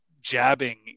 jabbing